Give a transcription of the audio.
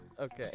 Okay